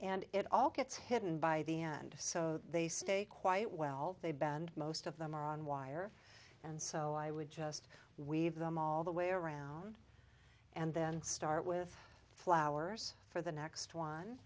and it all gets hidden by the end of so they stay quite well they bend most of them are on wire and so i would just weave them all the way around and then start with flowers for the next one